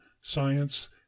science